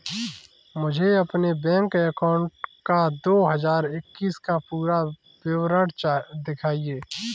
मुझे अपने bank account का दो हज़ार इक्कीस का पूरा विवरण दिखाएँ?